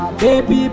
baby